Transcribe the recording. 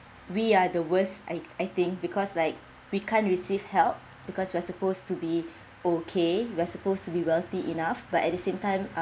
we are the worst I I think because like we can't receive help because we're supposed to be okay we're supposed to be wealthy enough but at the same time